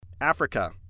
Africa